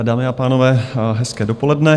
Dámy a pánové, hezké dopoledne.